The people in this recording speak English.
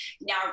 Now